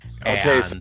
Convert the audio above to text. Okay